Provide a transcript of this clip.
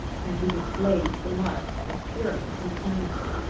and he displays the marks of a furious insanity.